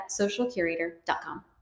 socialcurator.com